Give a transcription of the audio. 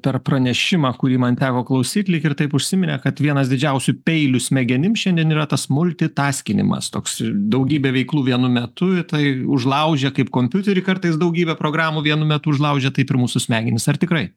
per pranešimą kurį man teko klausyt lyg ir taip užsiminė kad vienas didžiausių peilių smegenim šiandien yra tas multitaskinimas toks daugybė veiklų vienu metu tai užlaužia kaip kompiuterį kartais daugybė programų vienu metu užlaužia taip ir mūsų smegenys ar tikrai